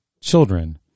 children